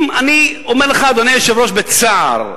אני אומר לך, אדוני היושב-ראש, בצער: